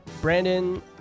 Brandon